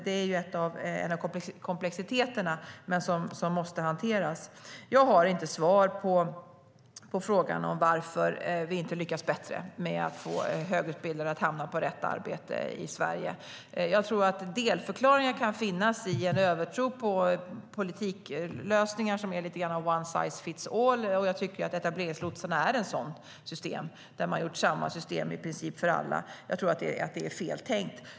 Det är en av de komplexiteter som måste hanteras. Jag har inte svar på frågan varför vi inte lyckas bättre med att få högutbildade att hamna på rätt arbete i Sverige. Delförklaringar kan finnas i en övertro på politiklösningar, som är lite av one size fits all. Jag tycker att etableringslotsar är ett exempel på detta där man har gjort i princip samma system för alla. Jag tror att det är fel tänkt.